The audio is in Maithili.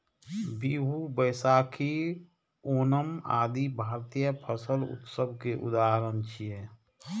बीहू, बैशाखी, ओणम आदि भारतीय फसल उत्सव के उदाहरण छियै